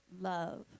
love